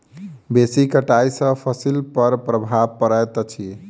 बेसी कटाई सॅ फसिल पर प्रभाव पड़ैत अछि